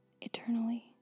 eternally